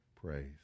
praise